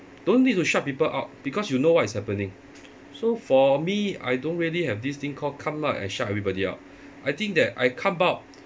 don't need to shut people out because you know what is happening so for me I don't really have this thing called come out and shut everybody out I think that I come out